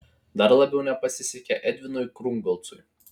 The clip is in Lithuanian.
dar labiau nepasisekė edvinui krungolcui